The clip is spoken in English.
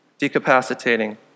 decapacitating